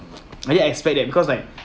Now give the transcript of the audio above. I didn't expect that because like